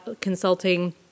Consulting